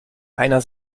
einer